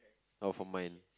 not from mine